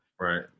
Right